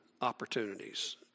opportunities